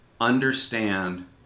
understand